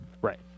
Right